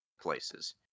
places